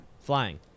Flying